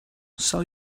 sell